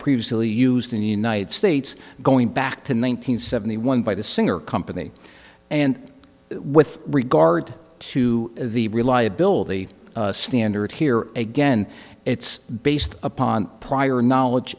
previously used in the united states going back to the one nine hundred seventy one by the singer company and with regard to the reliability standard here again it's based upon prior knowledge